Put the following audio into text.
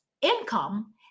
income